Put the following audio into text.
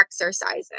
exercising